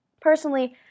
personally